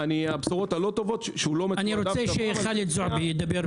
הבשורות הלא טובות הן שהוא לא מתועדף --- אני רוצה שעבד זועבי ידבר,